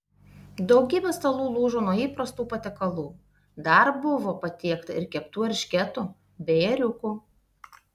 daugybė stalų lūžo nuo įprastų patiekalų dar buvo patiekta ir keptų eršketų bei ėriukų